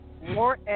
more